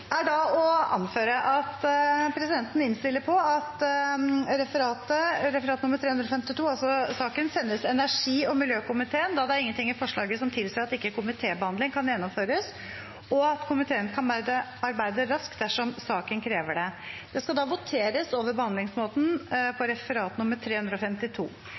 er da å anføre at presidenten innstiller på at saken sendes energi- og miljøkomiteen da det ikke er noe i forslaget som tilsier at komitébehandling ikke kan gjennomføres, og at komiteen kan arbeide raskt dersom saken krever det. Det voteres over behandlingsmåten.